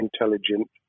intelligent